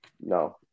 No